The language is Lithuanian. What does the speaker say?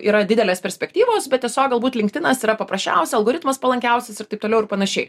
yra didelės perspektyvos bet tiesiog galbūt linktinas yra paprasčiausia algoritmas palankiausias ir taip toliau ir panašiai